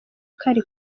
kari